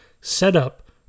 setup